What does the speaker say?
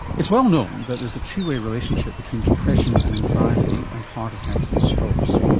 it's well known that there's a two-way relationship between depression and anxiety and heart attacks and strokes.